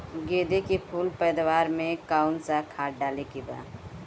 गेदे के फूल पैदवार मे काउन् सा खाद डाले के बा?